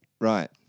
Right